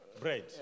Bread